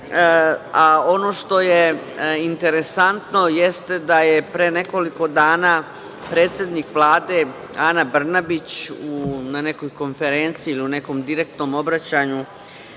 Ono što je interesantno jeste da je pre nekoliko dana predsednik Vlade, Ana Brnabić, na nekoj konferenciji ili u nekom direktnom obraćanju